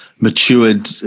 matured